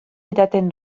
edaten